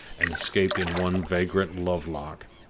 and escaped in one vagrant love-lock,